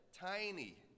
tiny